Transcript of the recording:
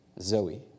Zoe